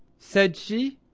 said she.